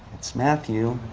it's matthew.